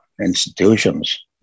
institutions